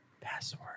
password